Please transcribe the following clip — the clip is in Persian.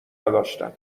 نداشتم